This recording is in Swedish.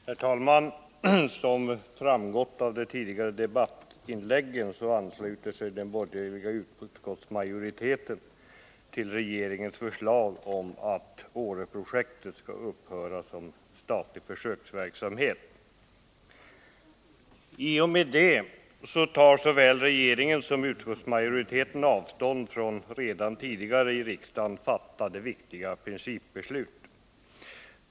Herr talman! Såsom har framgått av tidigare debattinlägg ansluter sig den borgerliga utskottsmajoriteten till regeringens förslag om att Åreprojektet skall upphöra såsom statlig försöksverksamhet. I och med det tar såväl regeringen som utskottsmajoriteten avstånd från redan tidigare i riksdagen fattade viktiga principbeslut.